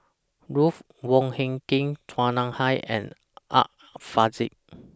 Ruth Wong Hie King Chua Nam Hai and Art Fazil